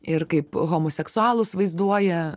ir kaip homoseksualus vaizduoja